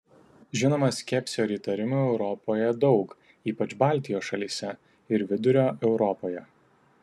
žinoma skepsio ir įtarimų europoje daug ypač baltijos šalyse ir vidurio europoje